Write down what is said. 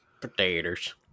potatoes